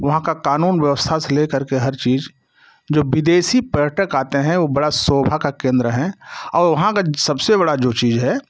वहाँ का कानून व्यवस्था से लेकर के हर चीज जो विदेशी पर्यटक आते हैं वो बड़ा शोभा का केंद्र हैं और वहाँ का सब से बड़ा जो चीज है